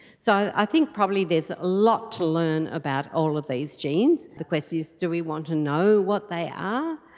so i think probably there's a lot to learn about all of these genes. the question is do we want to know what they are?